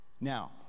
Now